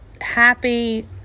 happy